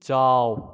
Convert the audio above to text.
ꯆꯥꯎ